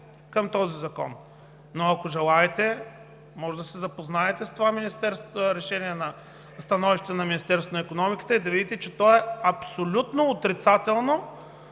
към този закон, но, ако желаете, можете да се запознаете с това становище на Министерството на икономиката и да видите, че то е абсолютно отрицателно